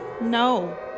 No